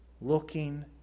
Looking